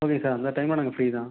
okay sir அந்த டைமில் நாங்கள் ஃப்ரீ தான்